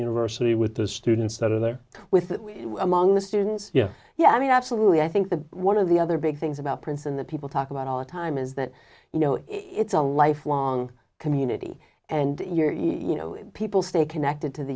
university with the students that are there with among the students yeah yeah i mean absolutely i think that one of the other big things about prince and that people talk about all the time is that you know it's a lifelong community and you know people stay connected to the